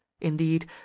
indeed